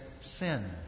sin